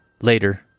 Later